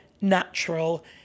natural